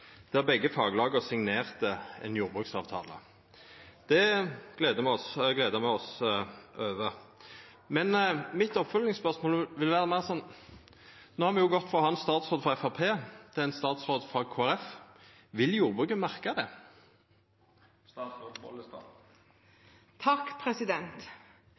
oss over, men mitt oppfølgingsspørsmål er: No har me gått frå å ha ein statsråd frå Framstegspartiet til å ha ein statsråd frå Kristeleg Folkeparti. Vil jordbruket merka det?